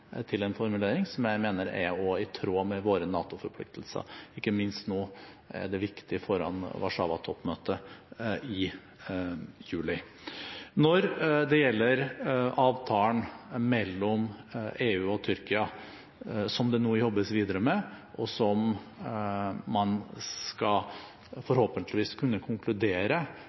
til en formulering som jeg mener også er i tråd med våre NATO-forpliktelser – ikke minst er det viktig nå foran Warszawa-toppmøtet i juli. Når det gjelder avtalen mellom EU og Tyrkia – som det nå jobbes videre med, og som man forhåpentligvis